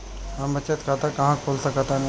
हम बचत खाता कहां खोल सकतानी?